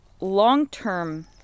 long-term